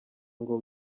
ngo